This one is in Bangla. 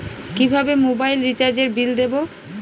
কিভাবে মোবাইল রিচার্যএর বিল দেবো?